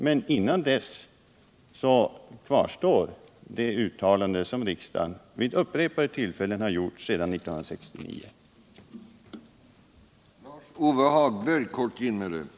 Intill dess kvarstår det uttalande som riksdagen vid upprepade tillfällen sedan 1969 har gjort.